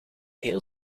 heel